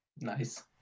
Nice